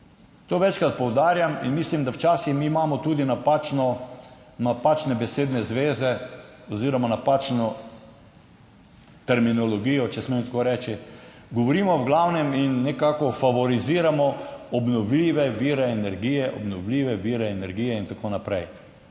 To večkrat poudarjam in mislim, da včasih mi imamo tudi napačne besedne zveze oziroma napačno terminologijo, če smem tako reči. Govorimo v glavnem in nekako favoriziramo obnovljive vire energije, obnovljive